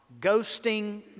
ghosting